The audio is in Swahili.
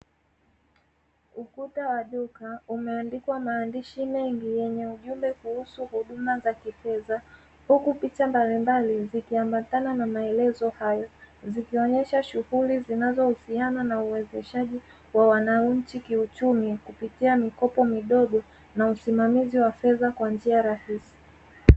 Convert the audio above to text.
Ukuta wa duka umeandikwa maandishi mengi yenye ujumbe kuhusu malipo ya kifedha, huku picha mbalimbali zikiambatana pamoja na maelezo hayo, zikionyesha shughuli zinazohusiana na uwezeshaji wa wananchi kiuchumi kupitia mikopo midogo na usimamizi wa fedha kwa njia rahisi.